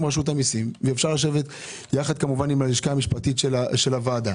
רשות המיסים ועם הלשכה המשפטית של הוועדה